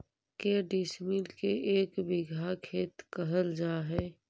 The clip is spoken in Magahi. के डिसमिल के एक बिघा खेत कहल जा है?